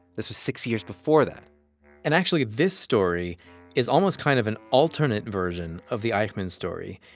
this was six years before that and actually, this story is almost kind of an alternate version of the eichmann story,